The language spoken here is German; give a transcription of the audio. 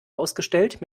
ausgestellt